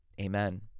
Amen